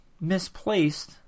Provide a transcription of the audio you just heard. misplaced